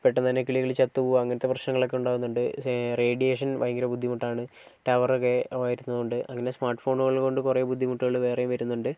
പെട്ടെന്നുതന്നെ കിളികൾ ചത്തു പോവുക അങ്ങനത്തെ പ്രശ്നങ്ങളൊക്കെ ഉണ്ടാവുന്നുണ്ട് റേഡിയേഷൻ ഭയങ്കര ബുദ്ധിമുട്ടാണ് ടവറൊക്കെ വരുന്നതുകൊണ്ട് അങ്ങനെ സ്മാർട്ട് ഫോണുകൾ കൊണ്ട് കുറെ ബുദ്ധിമുട്ടുകൾ വേറെയും വരുന്നുണ്ട്